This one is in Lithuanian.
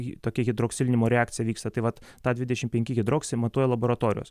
ji tokia hidroksilinimo reakcija vyksta tai vat tą dvidešimt penki hidroksi matuoja laboratorijos